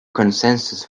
consensus